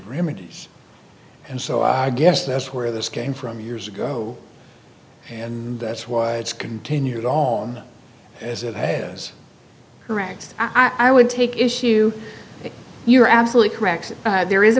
remedies and so i guess that's where this came from years ago and that's why it's continued all as it has correct i would take issue that you're absolutely correct there is a